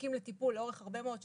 וזקוקים לטיפול לאורך הרבה מאוד שנים,